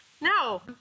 No